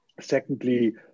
Secondly